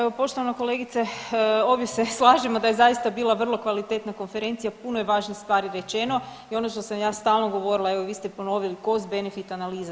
Evo poštovana kolegice, obje se slažemo da je zaista bila vrlo kvalitetna konferencija, puno je važnih stvari rečeno i ono što sam ja stalno govorila evo vi ste ponovili, cost benefit analiza.